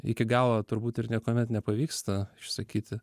iki galo turbūt ir niekuomet nepavyksta išsakyti